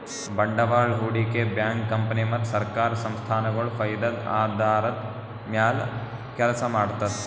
ಬಂಡವಾಳ್ ಹೂಡಿಕೆ bank company ಮತ್ತ್ ಸರ್ಕಾರ್ ಸಂಸ್ಥಾಗೊಳ್ ಫೈದದ್ದ್ ಆಧಾರದ್ದ್ ಮ್ಯಾಲ್ ಕೆಲಸ ಮಾಡ್ತದ್